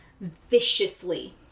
viciously